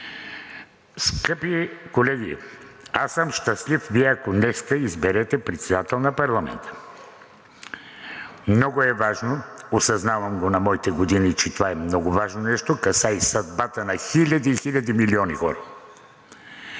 Скъпи колеги, аз съм щастлив, ако Вие днес изберете председател на парламента. Много е важно. Осъзнавам го на моите години, че това е много важно нещо, касае съдбата на хиляди, хиляди, милиони хора.